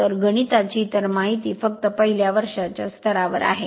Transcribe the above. तर गणिताची इतर माहिती फक्त पहिल्या वर्षाच्या स्तरावर आहे